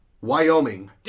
Wyoming